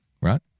right